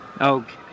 okay